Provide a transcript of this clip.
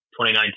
2019